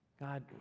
God